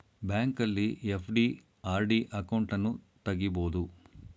ಬ್ಯಾಂಕಲ್ಲಿ FD, RD ಅಕೌಂಟನ್ನು ತಗಿಬೋದು